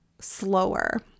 slower